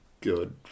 good